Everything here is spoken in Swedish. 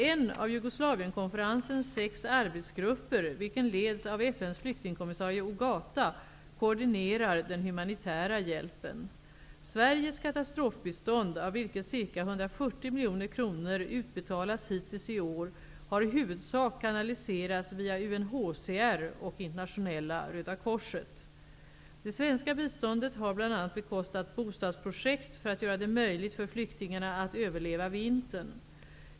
En av Jugoslavienkonferensens sex arbetsgrupper vilken leds av FN:s flyktingkommissarie Ogata koordinerar den humanitära hjälpen. Sveriges katastrofbistånd av vilket ca 140 miljoner kronor utbetalats hittills i år har i huvudsak kanaliserats via Det svenska biståndet har bl.a. bekostat bostadsprojekt för att göra det möjligt för flyktingarna att överleva vintern.